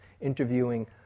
interviewing